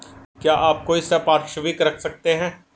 क्या आप कोई संपार्श्विक रख सकते हैं?